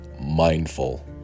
mindful